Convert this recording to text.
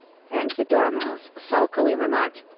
and the dormouse sulkily remarked,